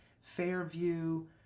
Fairview